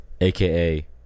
aka